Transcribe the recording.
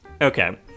Okay